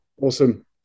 awesome